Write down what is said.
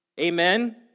Amen